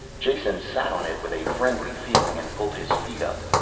jason sat on it with a friendly feeling and pulled his feet up.